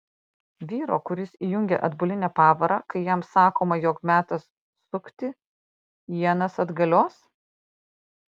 vyro kuris įjungia atbulinę pavarą kai jam sakoma jog metas sukti ienas atgalios